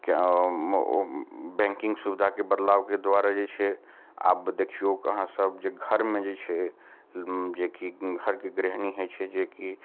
banking सुविधाके बदलावके द्वारा जे छै आब देखियौ आहाँ सब जे घरमे जे छै जेकि घरके गृहणी होइ छै जेकि